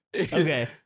Okay